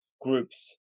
groups